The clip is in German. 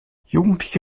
jugendliche